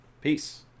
peace